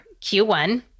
Q1